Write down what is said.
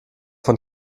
von